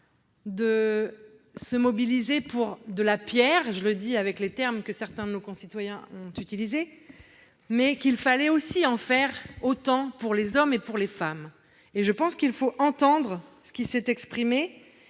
de se mobiliser pour de la pierre- je reprends les termes que certains de nos concitoyens ont utilisés -, il fallait en faire autant pour les hommes et pour les femmes. Je pense qu'il faut entendre ce qui s'est exprimé